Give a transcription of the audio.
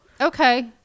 okay